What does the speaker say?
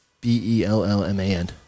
B-E-L-L-M-A-N